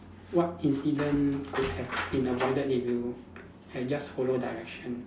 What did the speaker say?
what incident could have been avoided if you had just follow direction